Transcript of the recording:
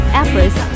efforts